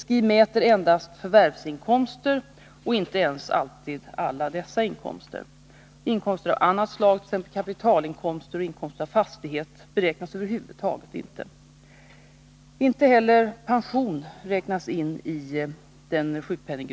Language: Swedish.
SGI mäter endast förvärvsinkomster — och inte ens alltid alla dessa inkomster. Inkomster av annat slag, t.ex. kapitalinkomster och inkomst av fastighet beaktas över huvud taget inte. Inte heller pension räknas in i SGI.